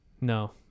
No